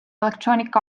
electronic